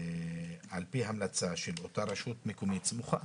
צריך להיות על פי המלצה של אותה רשות מקומית סמוכה,